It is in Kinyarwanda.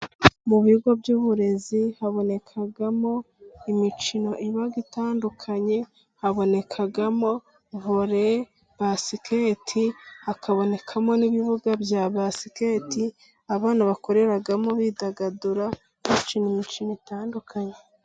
Mu bigo by'uburezi habonekamo imikino igiye itandukanye, habonekamo vore, basiketi, hakabonekamo n'ibibuga bya basiketi, abana bakoreramo bidagadura, bakina imikino itandukanye.